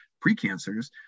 pre-cancers